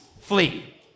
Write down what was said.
flee